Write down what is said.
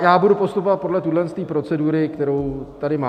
Já budu postupovat podle téhle procedury, kterou tady mám.